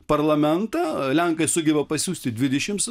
parlamentą lenkai sugeba pasiųsti dvidešimt